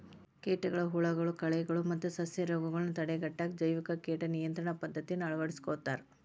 ಕೇಟಗಳು, ಹುಳಗಳು, ಕಳೆಗಳು ಮತ್ತ ಸಸ್ಯರೋಗಗಳನ್ನ ತಡೆಗಟ್ಟಾಕ ಜೈವಿಕ ಕೇಟ ನಿಯಂತ್ರಣ ಪದ್ದತಿಯನ್ನ ಅಳವಡಿಸ್ಕೊತಾರ